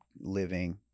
living